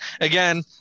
again